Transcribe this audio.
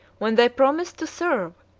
when they promise to serve,